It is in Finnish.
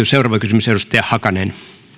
seuraava kysymys edustaja hakanen